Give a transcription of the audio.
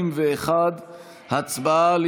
41. הצבעה על